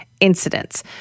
incidents